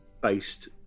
based